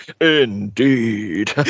indeed